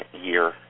year